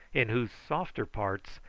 in whose softer parts,